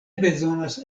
bezonas